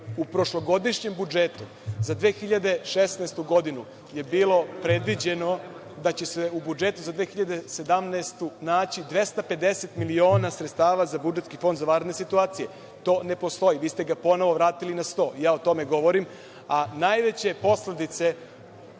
u prošlogodišnjem budžetu za 2016. godinu je bilo predviđeno da će se u budžetu za 2017. godinu naći 250 miliona sredstava za budžetski Fond za vanredne situacije. To ne postoji, vi ste ga vratili na sto, ja o tome govorim.